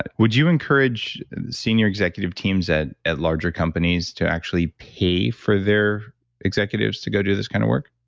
and would you encourage senior executive teams, at at larger companies, to actually pay for their executives to go do this kind of work?